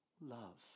Love